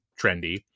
trendy